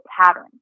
pattern